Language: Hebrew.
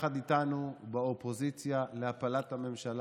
החלטתם לעשות ועדה מסדרת, תעשו.